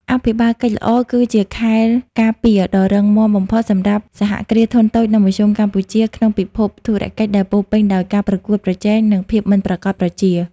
អភិបាលកិច្ចល្អគឺជា "ខែលការពារ" ដ៏រឹងមាំបំផុតសម្រាប់ សហគ្រាសធុនតូច និងមធ្យម កម្ពុជា ក្នុងពិភពធុរកិច្ចដែលពោរពេញដោយការប្រកួតប្រជែង និងភាពមិនប្រាកដប្រជា។